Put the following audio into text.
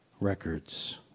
Records